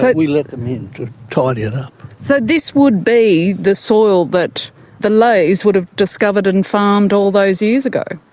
we let them in to tidy it up. so this would be the soil that the lays would have discovered and farmed all those years ago?